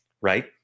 right